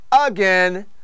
Again